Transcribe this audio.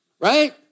right